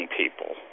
people